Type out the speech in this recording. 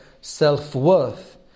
self-worth